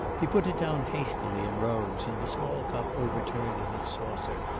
he put it down hastily and rose, and the small cup overturned in its saucer,